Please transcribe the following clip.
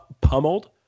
pummeled